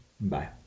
Bye